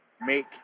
make